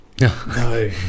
no